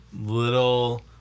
little